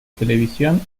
televisión